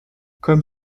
comme